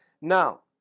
Now